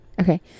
Okay